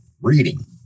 reading